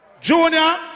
Junior